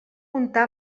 comptar